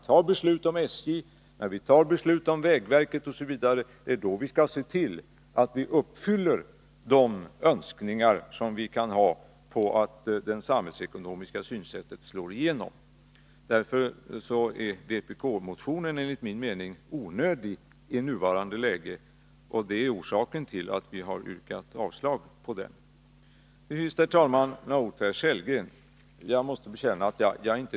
Det är när vi fattar beslut om SJ, om vägverket osv. som vi skall se till att vi uppfyller de önskningar som vi kan ha om att det samhällsekonomiska synsättet slår igenom. Därför är vpk-motionen enligt min mening onödig i nuvarande läge, och det är orsaken till att vi har yrkat avslag på den. Till sist, herr talman, några ord till herr Sellgren medan han är kvar i kammaren.